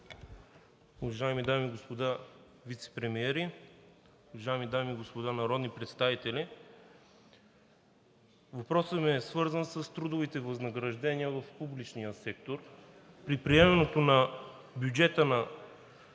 Уважаеми дами и господа вицепремиери, уважаеми дами и господа народни представители! Въпросът ми е свързан с трудовите възнаграждения в публичния сектор. При приемането на бюджета на